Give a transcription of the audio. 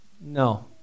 No